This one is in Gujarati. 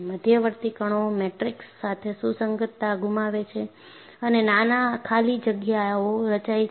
મધ્યવર્તી કણો મેટ્રિક્સ સાથે સુસંગતતા ગુમાવે છે અને નાના ખાલી જગ્યાઓ રચાય છે